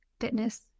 fitness